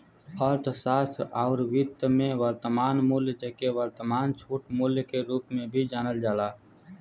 अर्थशास्त्र आउर वित्त में, वर्तमान मूल्य, जेके वर्तमान छूट मूल्य के रूप में भी जानल जाला